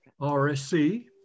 RSC